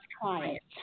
clients